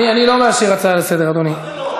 אני לא מאשר הצעה לסדר, אדוני.